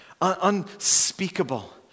unspeakable